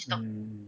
mm